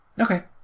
Okay